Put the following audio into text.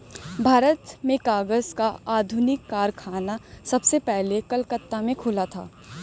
भारत में कागज का आधुनिक कारखाना सबसे पहले कलकत्ता में खुला था